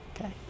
Okay